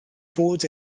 bod